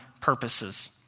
purposes